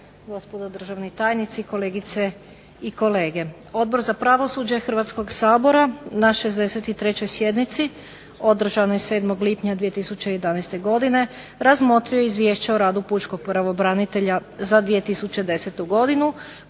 gospodo državni tajnici, kolegice i kolege. Odbor za pravosuđe Hrvatskoga sabora na 63 sjednici održanoj 7. lipnja 2011. godine razmotrio je Izvješće o radu Pučkog pravobranitelja za 2010. godinu